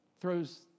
throws